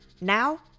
Now